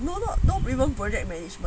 no ah not because project management